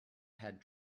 had